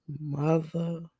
mother